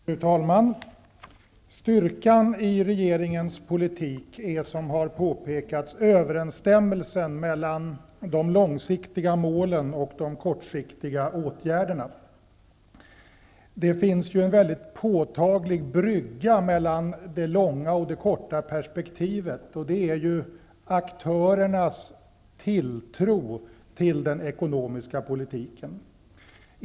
Fru talman! Styrkan i regeringens politik är, som har påpekats, överensstämmelsen mellan de långsiktiga målen och de kortsiktiga åtgärderna. Det finns en påtaglig brygga mellan de långa och de korta perspektiven. Det gäller aktörernas tilltro till den ekonomiska politiken.